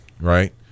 right